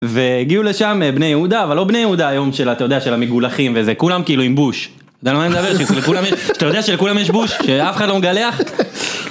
והגיעו לשם בני יהודה, אבל לא בני יהודה היום, של ה... אתה יודע, של המגולחים וזה. כולם כאילו עם בוש. אתה יודע מה אני מדבר, שאתה יודע שלכולם יש בוש, שאף אחד לא מגלח.